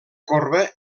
corba